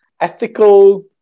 ethical